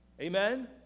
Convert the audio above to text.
Amen